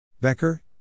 Becker